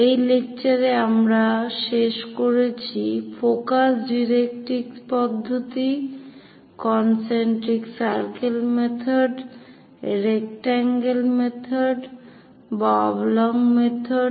এই লেকচারে আমরা শেষ করেছি ফোকাস ডাইরেক্ট্রিক্স পদ্ধতি concentric circle method rectangle method বা অবলং মেথড